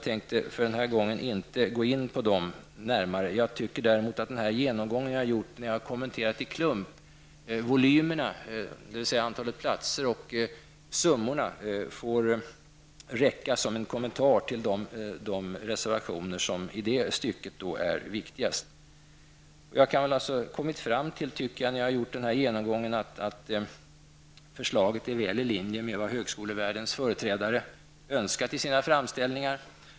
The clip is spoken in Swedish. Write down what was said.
Den genomgång jag gjorde när jag kommenterade de olika frågorna i klump, volymerna, dvs. antalet platser och summorna, får räcka som kommentarer till de reservationer som i de avseendena är viktigast. Efter att ha gjort denna genomgång tycker jag att det har framgått att utskottets förslag väl är i linje med vad högskolevärldens företrädare önskar till sina framställningar.